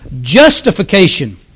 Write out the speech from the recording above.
justification